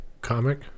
comic